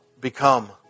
become